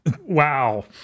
Wow